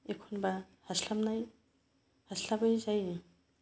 एखनबा हास्लाबनाय हास्लाबै जायो